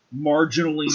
marginally